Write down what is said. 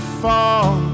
fall